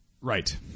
Right